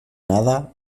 nada